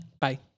Bye